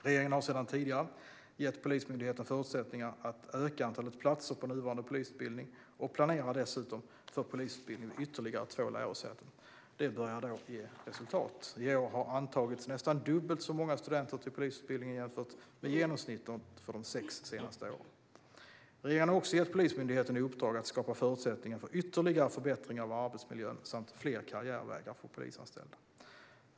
Regeringen har sedan tidigare gett Polismyndigheten förutsättningar att öka antalet platser på nuvarande polisutbildning och planerar dessutom för polisutbildning vid ytterligare två lärosäten. Det börjar ge resultat. I år har det antagits nästan dubbelt så många studenter till polisutbildningen som genomsnittet de sex senaste åren. Regeringen har också gett Polismyndigheten i uppdrag att skapa förutsättningar för ytterligare förbättringar av arbetsmiljön och fler karriärvägar för polisanställda.